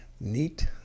neat